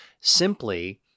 simply